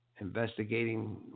Investigating